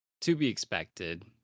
to-be-expected